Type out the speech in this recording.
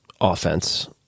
offense